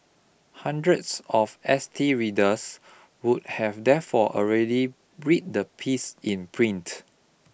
hundreds of S T readers would have therefore already read the piece in print